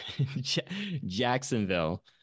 Jacksonville